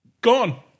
gone